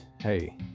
hey